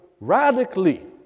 radically